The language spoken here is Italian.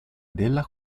della